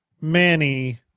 Manny